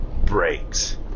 brakes